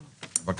הצבעה בעד,